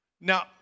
Now